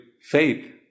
faith